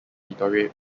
deteriorate